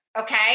okay